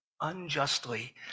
unjustly